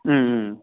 ம்ம்